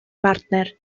bartner